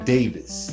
Davis